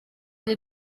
rye